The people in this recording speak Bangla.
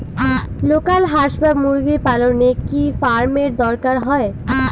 লোকাল হাস বা মুরগি পালনে কি ফার্ম এর দরকার হয়?